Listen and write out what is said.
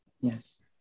yes